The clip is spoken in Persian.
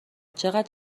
چقدر